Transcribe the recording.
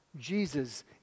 Jesus